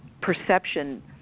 perception